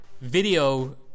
video